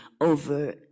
over